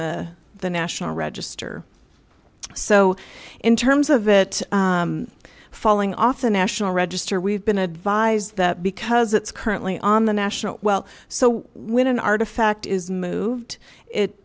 the the national register so in terms of it falling off the national register we've been advised that because it's currently on the national well so when an artifact is moved it